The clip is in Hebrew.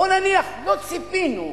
בוא נניח, לא ציפינו,